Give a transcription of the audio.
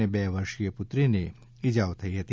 અને બે વર્ષીય પુત્રીને ઇજાઓ થઇ છે